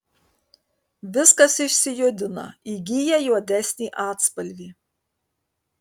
viskas išsijudina įgyja juodesnį atspalvį